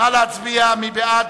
נא להצביע, מי בעד?